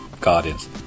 Guardians